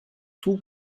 tout